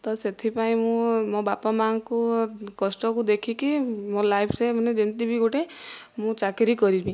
ତ ସେଥିପାଇଁ ମୁଁ ମୋ ବାପା ମା'ଙ୍କ କଷ୍ଟକୁ ଦେଖିକି ମୋ ଲାଇଫରେ ମାନେ ଯେମିତି ବି ଗୋଟିଏ ମୁଁ ଚାକିରି କରିବି